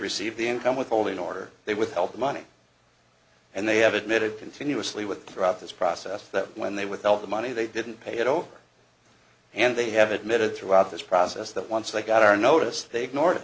receive the income withholding order they withheld the money and they have admitted continuously with throughout this process that when they withheld the money they didn't pay it over and they have admitted throughout this process that once they got our notice they ignored it